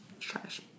Trash